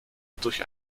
durch